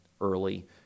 early